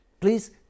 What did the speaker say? Please